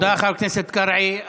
תודה, חבר הכנסת קרעי.